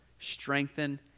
strengthen